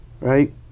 Right